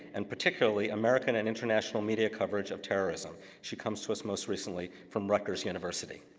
and particularly american and international media coverage of terrorism. she comes to us most recently from rutgers university.